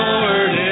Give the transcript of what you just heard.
Lord